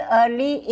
early